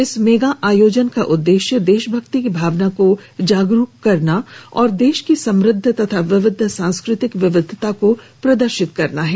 इस मेगा आयोजन का उद्देश्य देशभक्ति की भावना को जागरूक करना और देश की समृद्ध और विविध सांस्कृतिक विविधता को प्रदर्शित करना है